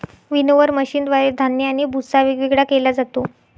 winnower मशीनद्वारे धान्य आणि भुस्सा वेगवेगळा केला जातो